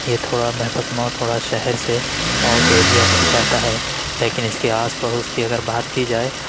یہ تھوڑا مہپت مئو تھوڑا شہر سے آؤٹ ایریا پڑ جاتا ہے لیکن اس کے آس پڑوس کی اگر بات کی جائے